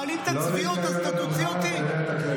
מעלים את הצביעות אז תוציא אותי?